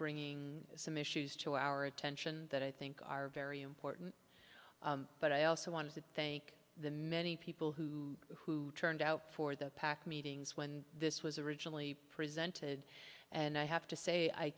bringing some issues to our attention that i think are very important but i also want to thank the many people who who turned out for the pac meetings when this was originally presented and i have to say i